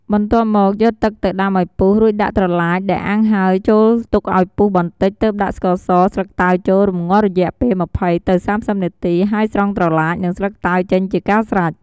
បន្ទាប់មកយកទឹកទៅដាំឱ្យពុះ រួចដាក់ត្រឡាចដែលអាំងហើយចូលទុកឱ្យពុះបន្តិច ទើបដាក់ ស្ករស ស្លឹកតើយចូល រំងាស់រយៈពេល ២០ ទៅ ៣០នាទី ហើយស្រង់ត្រឡាច និងស្លឹកតើយចេញជាការស្រេច។